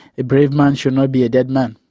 a brave man should not be a dead man.